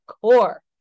core